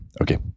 Okay